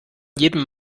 jedem